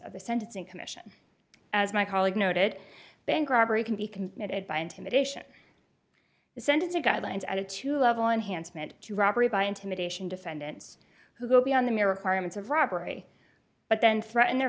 of the sentencing commission as my colleague noted bank robbery can be considered by intimidation the sentencing guidelines at a two level enhancement to robbery by intimidation defendants who go beyond the mere requirements of robbery but then threaten their